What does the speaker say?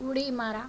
उडी मारा